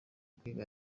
kwiga